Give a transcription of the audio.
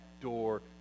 door